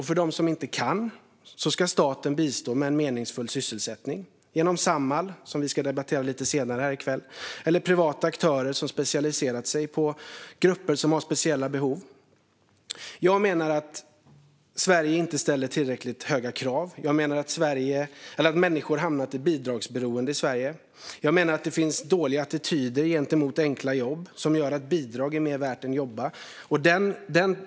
För dem som inte kan ska staten bistå med en meningsfull sysselsättning genom Samhall, som vi ska debattera lite senare här i kväll, eller privata aktörer som har specialiserat sig på grupper som har speciella behov. Jag menar att Sverige inte ställer tillräckligt höga krav. Jag menar att människor hamnat i bidragsberoende i Sverige. Jag menar att det finns dåliga attityder gentemot enkla jobb som gör att bidrag är mer värt än att jobba.